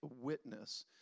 witness